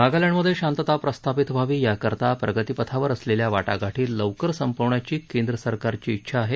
नागालँडमध्ये शांतता प्रस्थापित व्हावी याकरता प्रगतीपथावर असलेल्या वाटाघाटी लवकर संपवण्याची केंद्रसरकारची इच्छा आहे